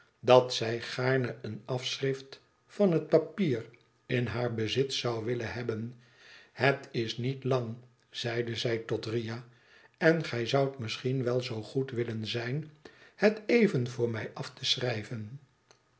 dat zij gaarne een afschrift van het papier in haar bezit zou willen hebben het is niet lang zeide zij tot riah en gij zoudt misschien wel zoo goed willen zijn het even voor mij af te schrijven